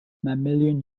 mammalian